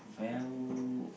well